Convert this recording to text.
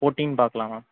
fourteen பார்க்கலாம் ma'am